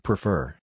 Prefer